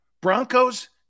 Broncos